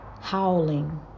howling